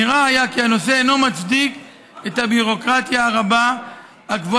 נראה היה כי הנושא אינו מצדיק את הביורוקרטיה הרבה הקבועה